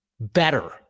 better